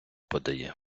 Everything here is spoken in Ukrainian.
подає